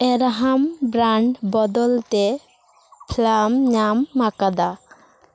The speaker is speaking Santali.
ᱮᱨᱟᱦᱟᱢ ᱵᱨᱟᱱᱰ ᱵᱚᱫᱚᱞ ᱛᱮ ᱯᱷᱮᱞᱟᱢ ᱧᱟᱢ ᱟᱠᱟᱫᱟ